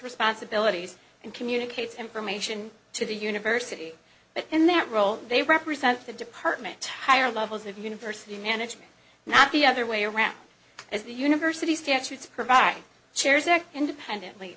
responsibilities and communicates information to the university but in that role they represent the department higher levels of university management not the other way around as the university statutes provide chairs act independently